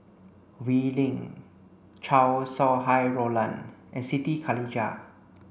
Wee Lin Chow Sau Hai Roland and Siti Khalijah